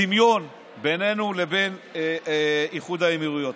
דמיון בינינו לבין איחוד האמירויות.